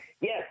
Yes